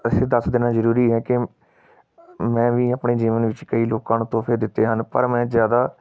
ਇੱਥੇ ਦੱਸ ਦੇਣਾ ਜ਼ਰੂਰੀ ਹੈ ਕਿ ਮੈਂ ਵੀ ਆਪਣੇ ਜੀਵਨ ਵਿੱਚ ਕਈ ਲੋਕਾਂ ਨੂੰ ਤੋਹਫ਼ੇ ਦਿੱਤੇ ਹਨ ਪਰ ਮੈਂ ਜ਼ਿਆਦਾ